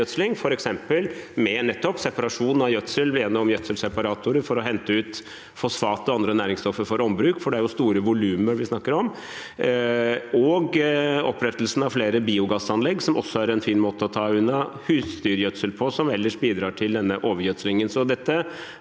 f.eks. være separasjon av gjødsel gjennom gjødselseparatorer for å hente ut fosfat og andre næringsstoffer for ombruk, for det er store volumer vi snakker om, og det kan være opprettelsen av flere biogassanlegg, som også er en fin måte å ta unna husdyrgjødsel på, som ellers bidrar til denne overgjødslingen.